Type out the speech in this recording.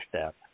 step